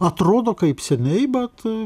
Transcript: atrodo kaip seniai bet